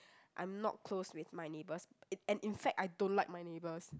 I'm not close with my neighbours and in fact I don't like my neighbours